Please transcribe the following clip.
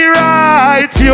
right